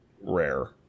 rare